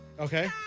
Okay